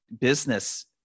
business